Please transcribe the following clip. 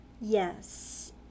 Yes